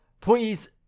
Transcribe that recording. Please